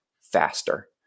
faster